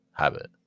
habit